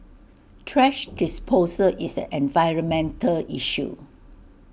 thrash disposal is environmental issue